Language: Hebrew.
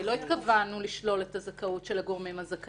לא התכוונו לשלול את הזכאות של הגורמים הזכאים.